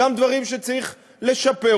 גם דברים שצריך לשפר,